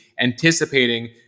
anticipating